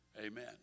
Amen